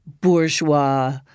bourgeois